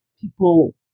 people